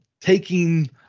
taking